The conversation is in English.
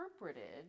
interpreted